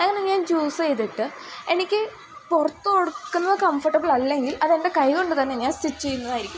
അങ്ങനെ ഞാൻ ചൂസ് ചെയ്തിട്ട് എനിക്ക് പുറത്ത് കൊടുക്കുന്നത് കംഫർട്ടബിൾ അല്ലെങ്കിൽ അതെൻ്റെ കൈ കൊണ്ടു തന്നെ ഞാൻ സ്റ്റിച്ച് ചെയ്യുന്നതായിരിക്കും